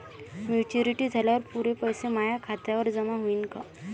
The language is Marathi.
मॅच्युरिटी झाल्यावर पुरे पैसे माया खात्यावर जमा होईन का?